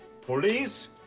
Police